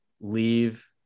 leave